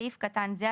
בסעיף קן זה,